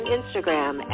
Instagram